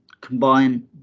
combine